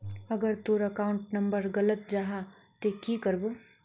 अगर तोर account number गलत जाहा ते की करबो?